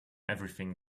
everything